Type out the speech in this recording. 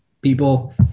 people